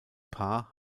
paar